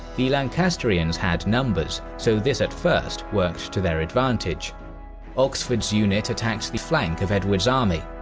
the lancastrians had numbers, so this at first worked to their advantage oxford's unit attacked the flank of edward's army.